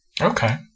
Okay